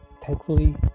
thankfully